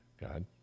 god